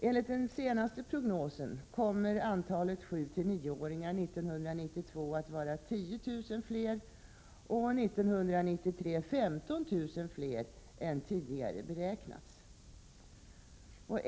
Enligt den senaste prognosen kommer antalet 7—9-åringar 1992 att vara 10 000 fler och 1993 15 000 fler än tidigare beräknat.